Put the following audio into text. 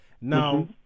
Now